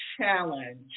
challenge